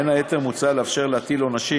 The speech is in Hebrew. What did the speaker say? בין היתר, מוצע לאפשר להטיל עונשים